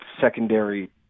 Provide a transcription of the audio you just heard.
secondary